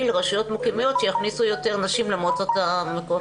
לרשויות מקומיות שיכניסו יותר נשים למועצות המקומיות.